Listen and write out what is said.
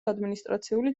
ადმინისტრაციული